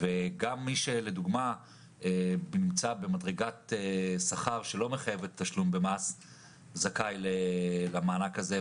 גם מי שלדוגמה נמצא במדרגת שכר שלא מחייבת תשלום במס זכאי למענק הזה,